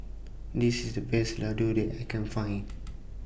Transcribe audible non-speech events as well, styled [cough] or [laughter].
This IS The Best Ladoo that I Can Find [noise]